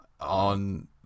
on